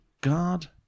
God